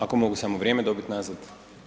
Ako mogu samo vrijeme dobiti nazad.